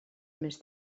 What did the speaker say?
més